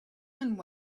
and